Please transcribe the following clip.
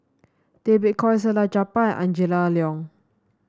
Tay Bak Koi Salleh Japar and Angela Liong